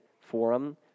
forum